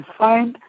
find